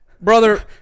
Brother